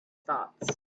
thoughts